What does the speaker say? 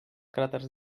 cràters